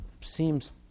seems